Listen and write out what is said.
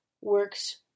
works